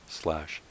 slash